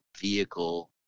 vehicle